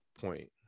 point